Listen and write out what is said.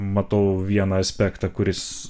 matau vieną aspektą kuris